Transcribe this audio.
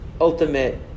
ultimate